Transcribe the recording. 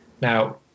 Now